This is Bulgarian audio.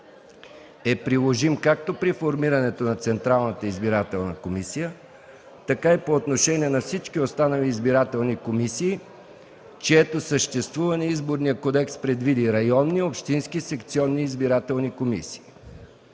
е приложим както при формиране на ЦИК, така и по отношение на всички останали избирателни комисии, чието съществуване Изборният кодекс предвиди – районни, общински, секционни избирателни комисии.